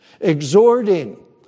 exhorting